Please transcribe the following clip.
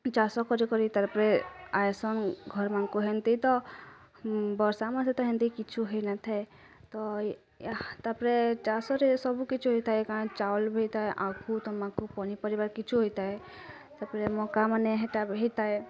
ଚାଷ୍ କରି କରି ତା'ପରେ ଆଇସନ୍ ଘର ମାନଙ୍କୁ ହେନ୍ତି ତ ବର୍ଷା ମଝିରେ ତ ହେନ୍ତି କିଛୁ ହେଇନଥାଏ ତ ଏହା ତା'ପରେ ଚାଷରେ ସବୁ କିଛୁ ହୋଇଥାଏ କା ଚାଉଳ୍ ବି ହୋଇଥାଏ ଆଖୁ ତମ୍ବାଖୁ ପନିପରିବା କିଛି ହୋଇଥାଏ ତା'ପରେ ମକା ମାନେ୍ ହେଇଟା ହେଇଥାଏ